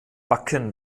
backen